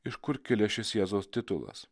iš kur kilęs šis jėzaus titulas